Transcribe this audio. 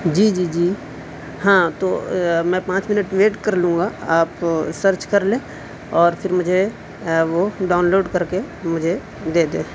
جی جی جی ہاں تو میں پانچ منٹ ویٹ کر لوں گا آپ سرچ کر لیں اور پھر مجھے وہ ڈاؤنلوڈ کر کے مجھے دے دیں